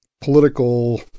Political